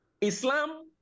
Islam